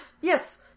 Yes